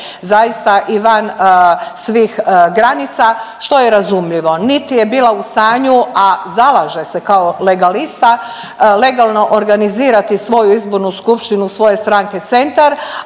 zaista i van svih granica što je i razumljivo. Niti je bila u stanju, a zalaže se kao legalista, legalno organizirati svoju izbornu skupštinu svoje stranke Centar,